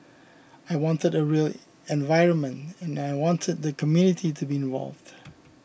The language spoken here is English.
I wanted a real environment and I wanted the community to be involved